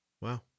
Wow